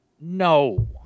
no